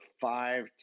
five